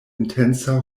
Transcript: intensa